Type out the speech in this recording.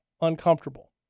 uncomfortable